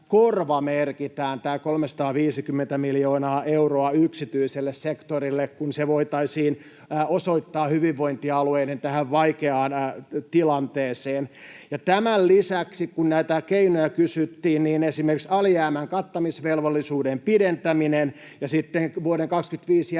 korvamerkitään tämä 350 miljoonaa euroa yksityiselle sektorille, kun se voitaisiin osoittaa tähän hyvinvointialueiden vaikeaan tilanteeseen. Ja tämän lisäksi — kun näitä keinoja kysyttiin — esimerkiksi alijäämän kattamisvelvollisuuden pidentäminen ja sitten vuoden 25